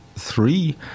three